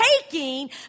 taking